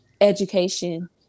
education